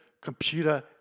computer